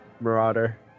marauder